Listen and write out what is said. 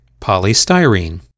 Polystyrene